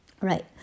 Right